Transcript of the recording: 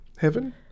Heaven